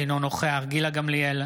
אינו נוכח גילה גמליאל,